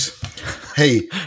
Hey